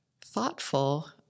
thoughtful